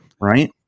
right